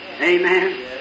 Amen